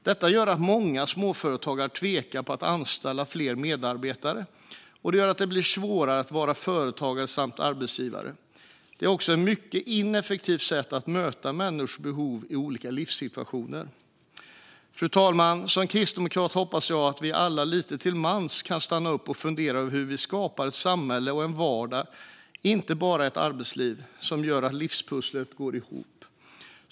Detta gör att många småföretagare tvekar att anställa fler medarbetare och att det blir svårare att vara företagare samt arbetsgivare. Det är också ett mycket ineffektivt sätt att möta människors behov i olika livssituationer. Fru talman! Som kristdemokrat hoppas jag att vi alla lite till mans kan stanna upp och fundera över hur vi skapar ett samhälle och en vardag, inte bara ett arbetsliv, som gör att livspusslet går ihop.